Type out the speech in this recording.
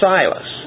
Silas